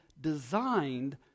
designed